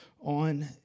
on